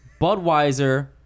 Budweiser